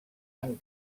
han